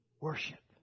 worship